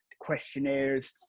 questionnaires